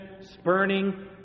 spurning